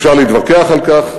אפשר להתווכח על כך,